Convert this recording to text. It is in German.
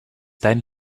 dein